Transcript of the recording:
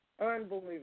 Unbelievable